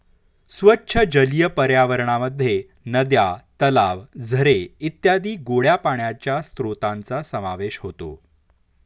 स्वच्छ जलीय पर्यावरणामध्ये नद्या, तलाव, झरे इत्यादी गोड्या पाण्याच्या स्त्रोतांचा समावेश होतो